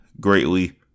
greatly